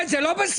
ערן, זה לא בסדר.